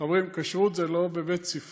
חברים, כשרות זה לא בבית-ספרי.